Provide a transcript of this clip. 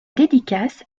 dédicace